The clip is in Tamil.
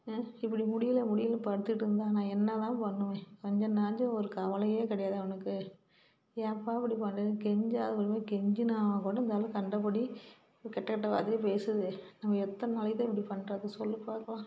இப்படி முடியல முடியலன்னு படுத்துகிட்டு இருந்தால் நான் என்னதான் பண்ணுவேன் கொஞ்சனாச்சும் ஒரு கவலையே கிடையாது அவனுக்கு ஏன்பா இப்படி பண்றீங்கேன்னு கெஞ்சாவது கூட கெஞ்சினால்கூட இந்தாள் கண்டபடி கெட்ட கெட்ட வார்த்தையை பேசுதே நம்ம எத்தனை நாளைக்குதான் இப்படி பண்ணுறது சொல்லு பார்க்கலாம்